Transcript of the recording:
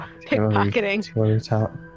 pickpocketing